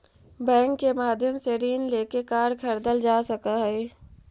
bank के माध्यम से ऋण लेके कार खरीदल जा सकऽ हइ